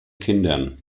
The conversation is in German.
kindern